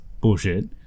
bullshit